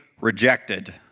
rejected